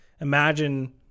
imagine